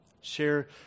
Share